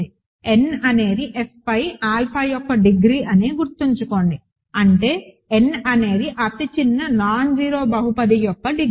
n అనేది F పై alpha యొక్క డిగ్రీ అని గుర్తుంచుకోండి అంటే n అనేది అతి చిన్న నాన్ జీరో బహుపది యొక్క డిగ్రీ